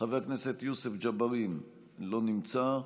חבר הכנסת יוסף ג'בארין, לא נמצא,